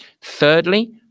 Thirdly